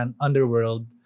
underworld